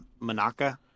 Manaka